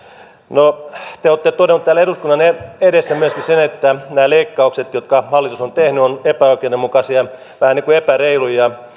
no te olette todennut täällä eduskunnan edessä myöskin sen että nämä leikkaukset jotka hallitus on tehnyt ovat epäoikeudenmukaisia vähän niin kuin epäreiluja ja